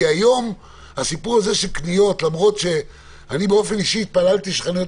כי היום הסיפור של הקניות - התפללתי שחנויות